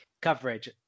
coverage